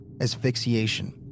asphyxiation